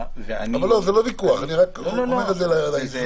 אבל זה לא ויכוח, אני רק אומר את זה לאיזון.